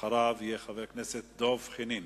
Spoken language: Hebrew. ואחריו, חבר הכנסת דב חנין.